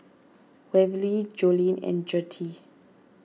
Waverly Joline and Gertie